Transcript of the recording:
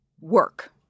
work